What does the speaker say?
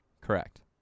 Correct